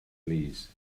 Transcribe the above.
plîs